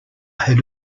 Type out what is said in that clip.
had